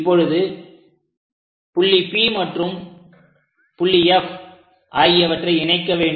இப்பொழுது புள்ளி P மற்றும் புள்ளி F ஆகியவற்றை இணைக்க வேண்டும்